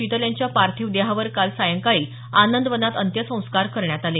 शीतल यांच्या पार्थिव देहावर काल सायंकाळी आनंदवनात अंत्यसंस्कार करण्यात आले